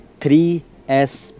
3s